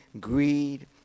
greed